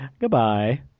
Goodbye